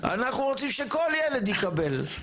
אנחנו רוצים שכל ילד יקבל.